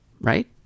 right